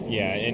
yeah. and